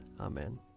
Amen